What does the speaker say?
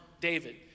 David